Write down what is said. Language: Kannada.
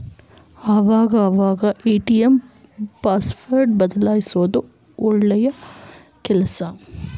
ಆವಾಗ ಅವಾಗ ಎ.ಟಿ.ಎಂ ಪಾಸ್ವರ್ಡ್ ಬದಲ್ಯಿಸೋದು ಒಳ್ಳೆ ಕೆಲ್ಸ